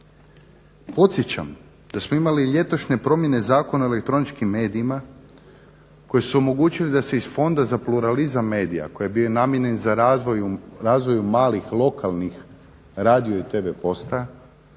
Podsjećam da smo imali ljetosne promjene Zakona o elektroničkim medijima koje su omogućili da se iz Fonda za pluralizam medija koji je bio namijenjen za razvoj malih lokalnih radio i tv postaja